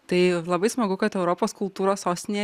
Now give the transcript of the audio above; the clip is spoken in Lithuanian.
tai labai smagu kad europos kultūros sostinėje